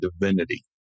divinity